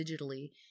digitally